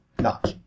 knock